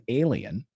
alien